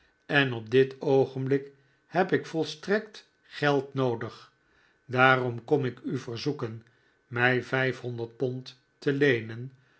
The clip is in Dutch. en op dit oogenblik heb ik volstrekt geld noodig daarom kom ik u verzoeken mij vijfhonderd pond te leenen